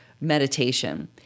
meditation